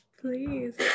please